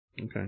Okay